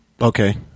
Okay